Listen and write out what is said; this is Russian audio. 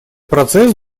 процесс